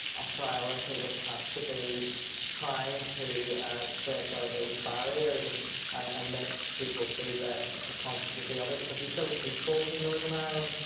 a priority would have to be trying to break down those barriers and and make people feel less ah conscious of the other, because we still have ah peace walls in northern ireland,